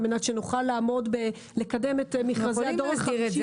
מנת שנוכל לעמוד בלקדם את מכרזי הדור ה-5.